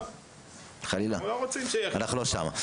חלילה, אנחנו לא שם.